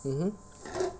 mm mm